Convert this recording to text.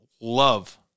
love